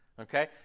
Okay